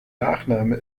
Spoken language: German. nachname